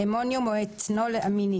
אמוניום או אתנול-אמינים,